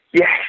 yes